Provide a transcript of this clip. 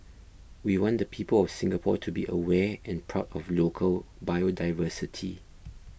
we want the people of Singapore to be aware and proud of local biodiversity